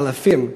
באלפים,